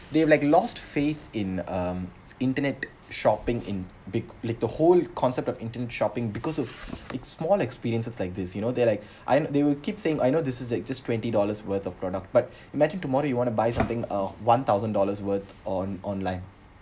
they like lost faith in um internet shopping in big with the whole concept of internet shopping because of its small experience like this you know they like I they will keep saying I know this is a just twenty dollars worth of product but imagine tomorrow you want to buy something uh one thousand dollars worth on online